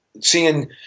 seeing